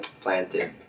planted